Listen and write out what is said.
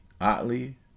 Otley